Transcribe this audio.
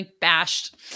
bashed